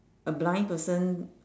a blind person